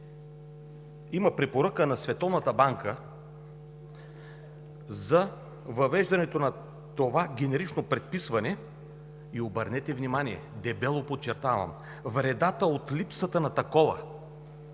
има препоръка на Световната банка за въвеждането на това генерично предписване и, обърнете внимание – дебело подчертавам, вредата от липсата на такова